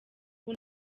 ubu